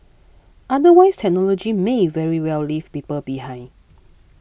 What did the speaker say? otherwise technology may very well leave people behind